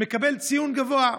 מקבל ציון גבוה.